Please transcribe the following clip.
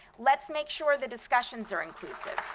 let's make sure the discussions are inclusive.